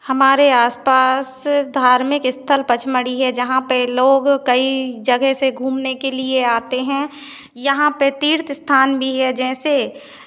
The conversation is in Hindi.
हमारे आस पास धार्मिक स्थल पचमढ़ी है जहाँ पे लोग कई जगह से घूमने के लिए आते हैं यहाँ पे तीर्थ स्थान भी है जैसे